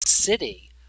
city